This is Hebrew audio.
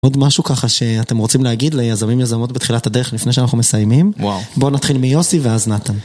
עוד משהו ככה שאתם רוצים להגיד ליזמים, יזמות בתחילת הדרך לפני שאנחנו מסיימים? וואו. בואו נתחיל מיוסי ואז נתן.